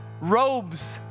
robes